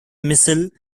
missile